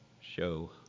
show